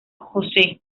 jose